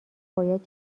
باید